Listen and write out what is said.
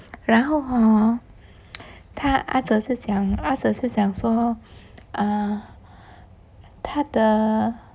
然后 hor 他啊哲是讲啊哲是讲说 err 他的